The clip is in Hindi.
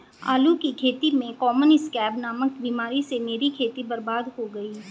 आलू की खेती में कॉमन स्कैब नामक बीमारी से मेरी खेती बर्बाद हो गई